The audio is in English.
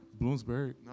Bloomsbury